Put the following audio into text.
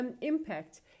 impact